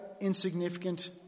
insignificant